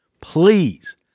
Please